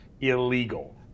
illegal